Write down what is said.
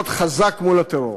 להיות חזק מול הטרור,